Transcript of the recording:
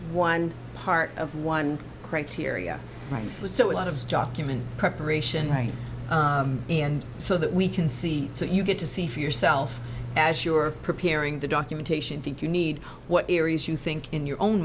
one part of one criteria right through so a lot of documents preparation right and so that we can see so you get to see for yourself as you're preparing the documentation think you need what areas you think in your own